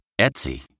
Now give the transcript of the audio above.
Etsy